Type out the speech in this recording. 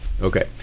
Okay